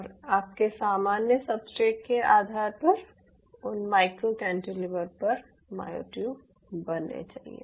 और आपके सामान्य सब्सट्रेट के आधार पर उन माइक्रो कैंटिलीवर पर मायोट्यूब बनने चाहिए